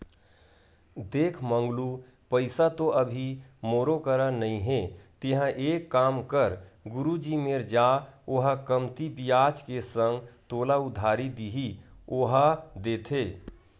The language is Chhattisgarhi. देख मंगलू पइसा तो अभी मोरो करा नइ हे तेंहा एक काम कर गुरुजी मेर जा ओहा कमती बियाज के संग तोला उधारी दिही ओहा देथे